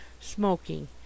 smoking